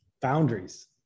boundaries